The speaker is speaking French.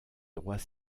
droits